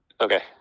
Okay